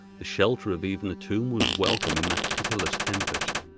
the shelter of even a tomb was welcome in that pitiless tempest,